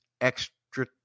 extra